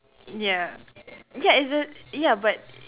ya ya is it ya but